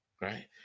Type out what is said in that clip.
right